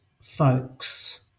folks